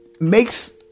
makes